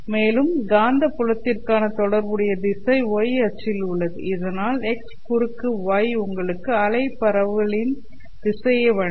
மேலும் காந்தப்புலத்திற்கான தொடர்புடைய திசை y அச்சில் உள்ளது இதனால் x குறுக்கு y உங்களுக்கு அலை பரவலின் திசையை வழங்கும்